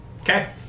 Okay